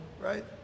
right